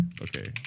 okay